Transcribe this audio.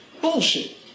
bullshit